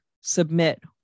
submit